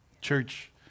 Church